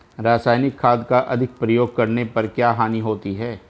रासायनिक खाद का अधिक प्रयोग करने पर क्या हानि होती है?